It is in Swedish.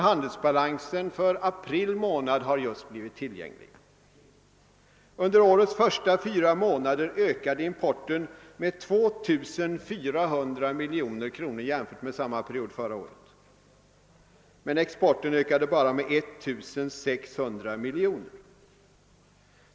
Handelsbalansens siffror för april månad har just blivit tillgängliga. Under årets första fyra månader ökade importen med 2400 miljoner kronor jämfört med samma period förra året. Men exporten ökade bara med 1600 miljoner.